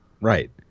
Right